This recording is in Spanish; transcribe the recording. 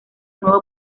nuevo